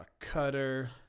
cutter